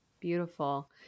Beautiful